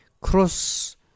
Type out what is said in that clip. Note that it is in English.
Cross